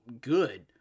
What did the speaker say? good